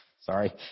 Sorry